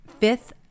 Fifth